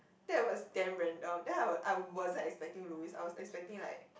that was damn random then I was I wasn't expecting Louis I was expecting like